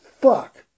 fuck